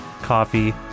coffee